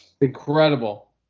Incredible